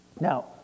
Now